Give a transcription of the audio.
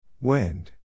Wind